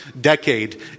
decade